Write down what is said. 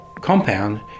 compound